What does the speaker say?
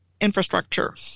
infrastructure